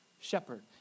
shepherd